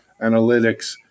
analytics